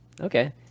Okay